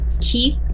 keith